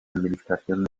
administración